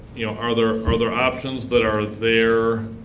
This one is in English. you know, are there are there options that are there